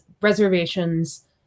reservations